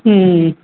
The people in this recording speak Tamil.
ம் ம் ம்